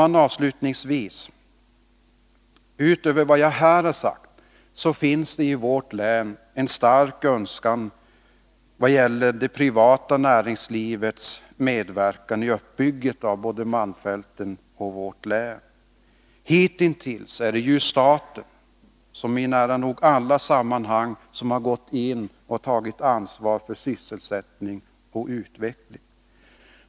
Herr talman! Utöver vad jag redan har nämnt finns det i vårt län en stark önskan vad gäller det privata näringslivets medverkan i uppbyggnaden av både malmfälten och vårt län i övrigt. Hitintills är det ju staten som i nära nog alla sammanhang har gått in och tagit ansvaret för sysselsättningen och utvecklingen.